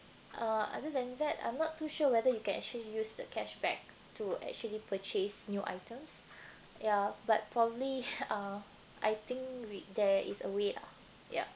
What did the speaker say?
uh other than that I'm not too sure whether you can actually use the cashback to actually purchase new items ya but probably uh I think there is a way lah ya